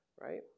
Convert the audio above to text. right